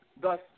Thus